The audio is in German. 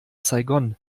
saigon